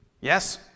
Yes